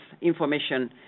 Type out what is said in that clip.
information